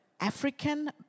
African